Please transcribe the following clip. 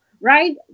right